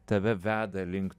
tave veda link